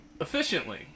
efficiently